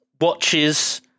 watches